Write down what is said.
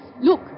Look